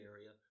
Area